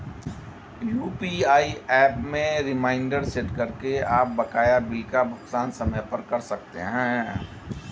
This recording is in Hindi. यू.पी.आई एप में रिमाइंडर सेट करके आप बकाया बिल का भुगतान समय पर कर सकते हैं